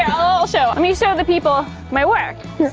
show i mean show the people my work.